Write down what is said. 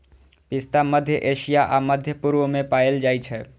पिस्ता मध्य एशिया आ मध्य पूर्व मे पाएल जाइ छै